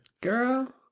Girl